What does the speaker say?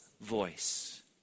voice